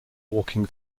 walking